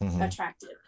attractive